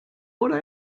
oder